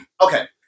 okay